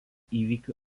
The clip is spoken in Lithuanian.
įvykių